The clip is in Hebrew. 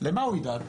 למה הוא ידאג?